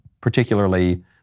particularly